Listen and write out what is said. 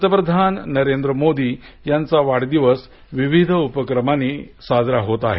पंतप्रधान नरेंद्र मोदी यांचा वाढदिवस विविध उपक्रमांनी साजरा होत आहे